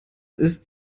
ist